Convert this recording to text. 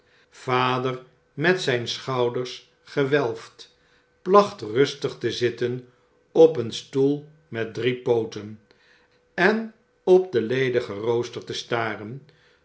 vader met zyn schouders gewelfd placht rustig te zitten op een stoel met drie pooten en op den ledigen rooster te staren